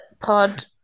pod